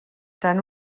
tant